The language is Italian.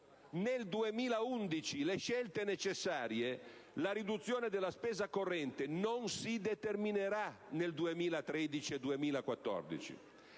nel 2011, le scelte necessarie, la riduzione della spesa corrente non si determinerà nel 2013 e 2014